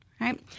right